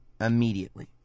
immediately